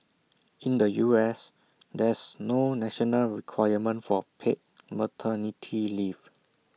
in the U S there's no national requirement for paid maternity leave